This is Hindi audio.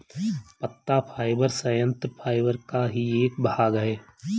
पत्ता फाइबर संयंत्र फाइबर का ही एक भाग है